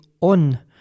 on